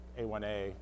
A1A